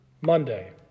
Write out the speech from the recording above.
Monday